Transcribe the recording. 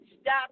stop